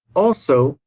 also,